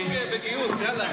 דודי, יש לנו עוד חוק גיוס, יאללה.